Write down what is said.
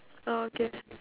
ah okay